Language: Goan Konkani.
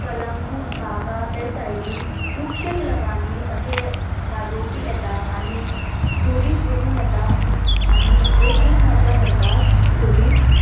कलंगूट बागा ते सायडीन खुबशे क्लबांनी अशे वाजोवपी येता आनी ट्युरिस्ट बसून येता आनी ते खूब मजा करतात ट्युरिस्ट